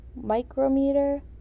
micrometer